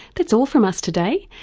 that's all from us today.